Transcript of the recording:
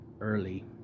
early